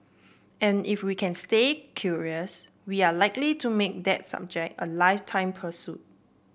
and if we can stay curious we are likely to make that subject a lifetime pursuit